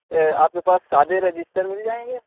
آپ کے پاس سادے رجسٹر مل جائیں گے